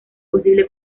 posible